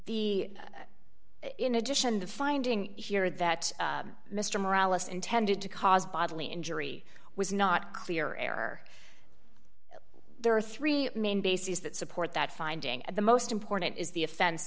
the in addition to finding here that mr morale us intended to cause bodily injury was not clear error there are three main bases that support that finding the most important is the offense